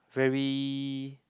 very